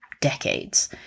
Decades